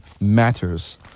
matters